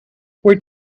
were